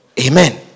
Amen